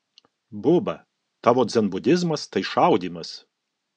buba tavo dzenbudizmas tai šaudymas